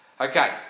Okay